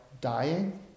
dying